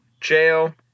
jail